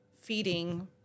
feeding